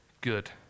good